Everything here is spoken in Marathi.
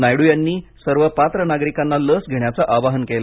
नायडू यांनी सर्व पात्र नागरिकांना लस घेण्याचं आवाहन केलं